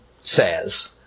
says